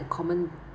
a common